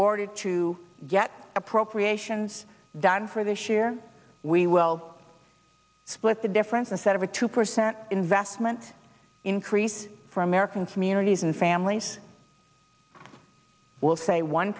order to get appropriations done for this year we will split the difference and set a two percent investment increase for american communities and families will say one